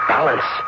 Balance